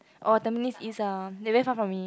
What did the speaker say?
orh Tampines-East ah they very far from me